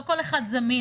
לא כל אחד זמין,